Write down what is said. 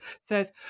says